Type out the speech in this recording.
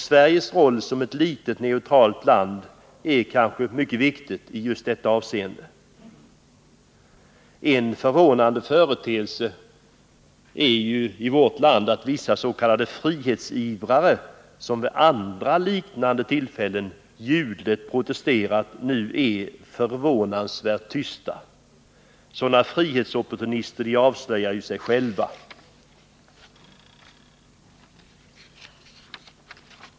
Sveriges roll som ett litet neutralt land är kanske mycket viktig i just detta avseende. En förvånande företeelse i vårt land är ju att vissa s.k. frihetsivrare, som vid andra liknande tillfällen ljudligt protesterat, nu är tysta. Sådana frihetsopportunister avslöjar sig själva.